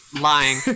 Lying